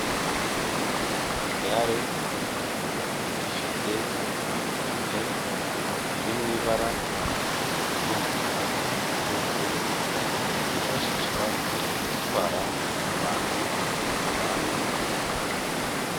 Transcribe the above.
Igare rifite amapine riri mu ibara ry'umukara nubururu ryifashishwa mu gutwara abantu babana n'ubumuga.